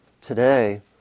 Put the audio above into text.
today